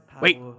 wait